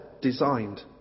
designed